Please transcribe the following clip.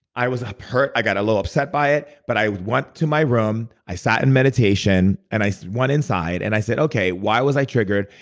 i was ah hurt. i got a little upset by it. but i went to my room. i sat in meditation, and i went inside, and i said, okay, why was i triggered?